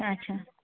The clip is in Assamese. আচ্ছা